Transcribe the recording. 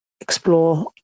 explore